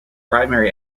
primary